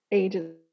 ages